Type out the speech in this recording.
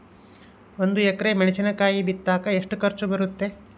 ಒಂದು ಎಕರೆ ಮೆಣಸಿನಕಾಯಿ ಬಿತ್ತಾಕ ಎಷ್ಟು ಖರ್ಚು ಬರುತ್ತೆ?